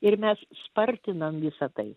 ir mes spartinam visa tai